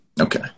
Okay